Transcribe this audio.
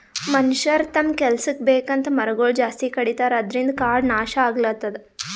ಮನಷ್ಯರ್ ತಮ್ಮ್ ಕೆಲಸಕ್ಕ್ ಬೇಕಂತ್ ಮರಗೊಳ್ ಜಾಸ್ತಿ ಕಡಿತಾರ ಅದ್ರಿನ್ದ್ ಕಾಡ್ ನಾಶ್ ಆಗ್ಲತದ್